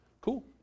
Cool